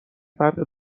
فرق